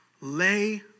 lay